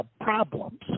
Problems